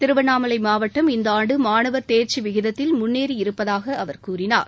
திருவண்ணாமலை மாவட்டம் இந்த ஆண்டு மாணவர் தேர்ச்சி விகிதத்தில் முன்னேறி இருப்பதாக அவர் கூறினார்